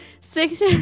Six